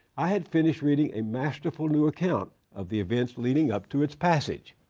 i had finished reading a masterful new account of the events leading up to its passage.